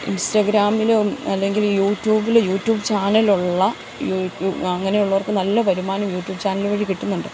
ഇൻസ്റ്റാഗ്രാമിലോ അല്ലെങ്കിൽ യൂട്യൂബില് യൂട്യൂബ് ചാനലൊള്ള യൂട്യൂബ അങ്ങനെ ഉള്ളവർക്ക് നല്ല വരുമാനം യൂട്യൂബ ചാനല് വഴി കിട്ടുന്നുണ്ട്